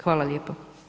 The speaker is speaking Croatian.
Hvala lijepo.